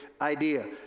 idea